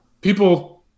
people –